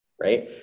right